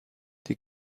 die